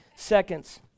Seconds